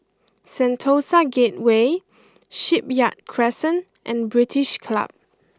Sentosa Gateway Shipyard Crescent and British Club